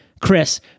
Chris